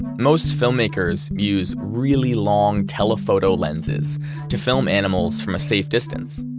most filmmakers use really long telephoto lenses to film animals from a safe distance,